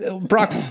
Brock